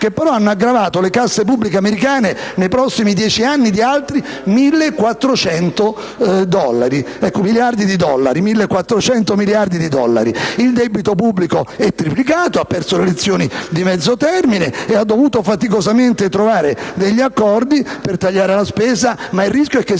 che però hanno aggravato le casse pubbliche americane nei prossimi 10 anni di altri 1.400 miliardi di dollari. Il debito pubblico è triplicato. Ha perso le elezioni di mezzo termine e ha dovuto faticosamente trovare degli accordi per tagliare la spesa: ma il rischio è che si